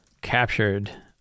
captured